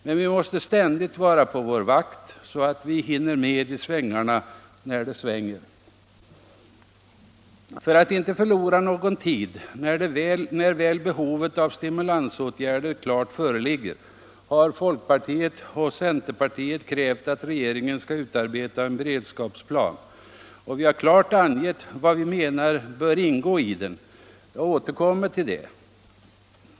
Men vi måste ständigt vara på vår vakt, så att vi hinner med i svängarna, när det svänger. För att inte förlora någon tid när väl behovet av stimulansåtgärder klart föreligger har folkpartiet och centerpartiet krävt att regeringen skall utarbeta en beredskapsplan. Och vi har klart angett vad vi menar bör ingå i den. Jag återkommer till det.